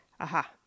Aha